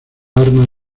armas